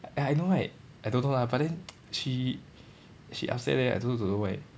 I know right I don't know lah but then she she upset leh I also don't know why